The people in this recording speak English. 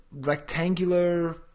rectangular